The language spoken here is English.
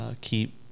keep